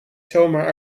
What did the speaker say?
zomaar